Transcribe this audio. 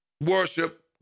worship